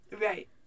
Right